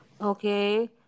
Okay